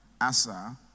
Asa